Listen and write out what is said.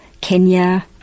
Kenya